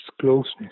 closeness